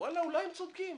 ואולי הם צודקים.